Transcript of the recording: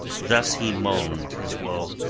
thus he moaned his woe,